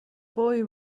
boy